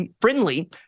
friendly